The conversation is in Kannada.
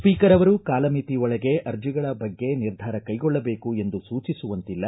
ಸ್ವೀಕರ್ ಅವರು ಕಾಲಮಿತಿ ಒಳಗೆ ಅರ್ಜೆಗಳ ಬಗ್ಗೆ ನಿರ್ಧಾರ ಕೈಗೊಳ್ಳಬೇಕು ಎಂದು ಸೂಚಿಸುವಂತಿಲ್ಲ